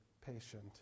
patient